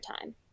time